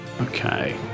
Okay